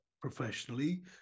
professionally